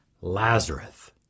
Lazarus